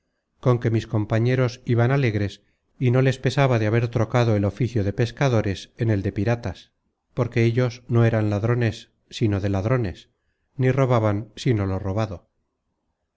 con que mis compañeros iban alegres y no les pesaba de haber trocado el oficio de pescadores en el de piratas porque ellos no eran ladrones sino de ladrones ni robaban sino lo robado